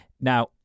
Now